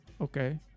Okay